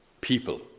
people